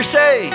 say